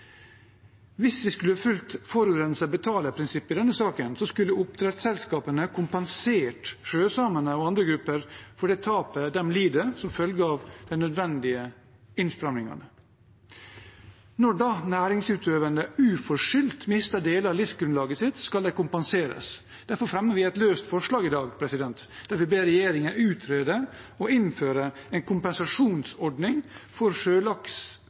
Hvis vi skulle fulgt forurenser betaler-prinsippet i denne saken, skulle oppdrettsselskapene kompensert sjøsamene og andre grupper for det tapet de lider som følge av de nødvendige innstrammingene. Når da næringsutøvende uforskyldt mister deler av livsgrunnlaget sitt, skal de kompenseres. Derfor fremmer vi i dag et løst forslag, der vi ber regjeringen utrede og innføre en kompensasjonsordning for